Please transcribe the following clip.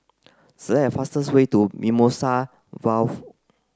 select a fastest way to Mimosa Vale